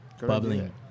bubbling